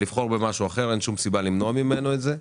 לבחור במשהו אחר, אין שום סיבה למנוע את זה ממנו.